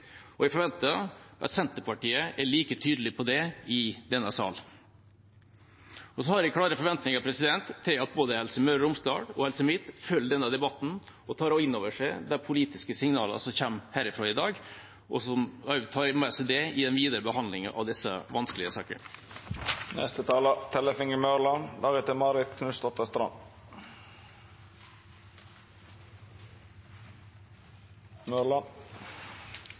fast. Jeg forventer at Senterpartiet er like tydelig på det i denne sal. Jeg har klare forventninger til at både Helse Møre og Romsdal og Helse Midt-Norge følger denne debatten og tar inn over seg de politiske signalene som kommer herfra i dag, og tar det med seg i den videre behandlingen av disse vanskelige